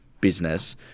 business